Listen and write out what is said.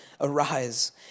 arise